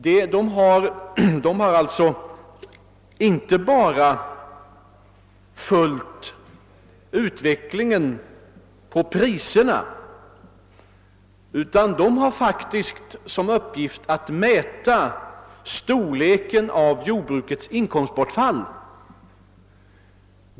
Arbetsgruppen följer inte bara utvecklingen av priserna utan har faktiskt som uppgift att mäta storleken av jordbrukets inkomstbortfall.